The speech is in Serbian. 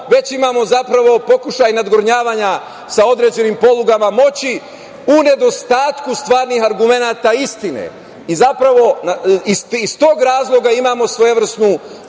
već zapravo imamo pokušaj nadgornjavanja sa određenim polugama moći, u nedostatku stvarnih argumenata istine. Zapravo, iz tog razloga imamo svojevrsnu